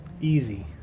Easy